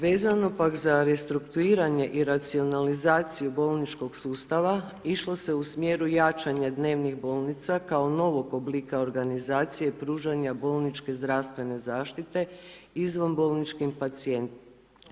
Vezano pak za restrukturiranje i racionalizaciju bolničkog sustava išlo se je u smjeru jačanja dnevnih bolnica, kao novog oblika organizacije i pružanje bolničke zdravstvene zaštite izvanbolničkim pacijentima.